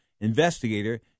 investigator